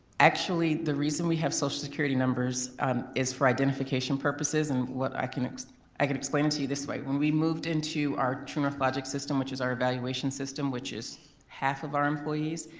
actually the reason we have social security numbers um is for identification purposes and what i can i can explain it to you this way. when we moved into our truenorth logic system which is our evaluation system which is half of our employees,